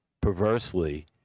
Perversely